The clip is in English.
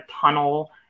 tunnel